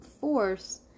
force